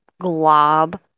glob